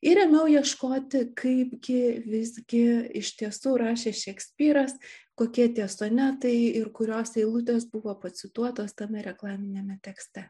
ir ėmiau ieškoti kaipgi visgi iš tiesų rašė šekspyras kokie tie sonetai ir kurios eilutės buvo pacituotos tame reklaminiame tekste